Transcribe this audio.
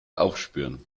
aufspüren